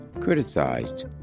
criticized